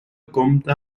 compta